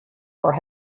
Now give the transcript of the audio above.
for